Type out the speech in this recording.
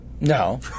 No